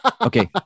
Okay